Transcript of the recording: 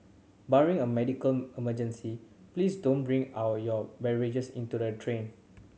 barring a medical emergency please don't bring our your beverages into the train